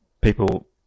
people